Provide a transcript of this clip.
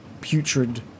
putrid